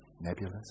nebulous